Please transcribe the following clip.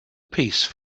piece